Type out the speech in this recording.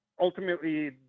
Ultimately